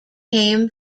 came